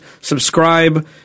subscribe